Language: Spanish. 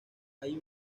hay